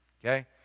okay